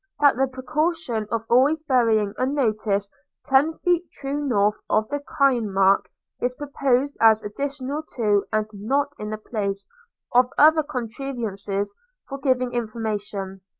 that the precaution of always burying a notice ten feet true north of the cairn mark is proposed as additional to and not in the place of other contrivances for giving information.